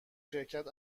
شرکت